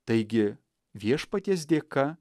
taigi viešpaties dėka